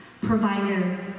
provider